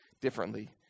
differently